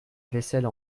vaisselle